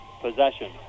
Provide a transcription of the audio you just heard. possession